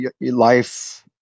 life